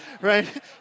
right